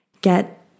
get